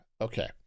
okay